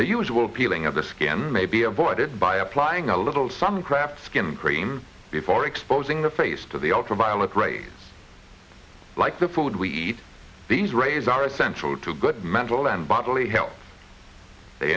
the usual peeling of the skin may be avoided by applying a little some craft skin cream before exposing the face to the ultraviolet rays like the food we eat these rays are essential to good mental and bodily health they